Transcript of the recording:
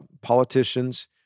politicians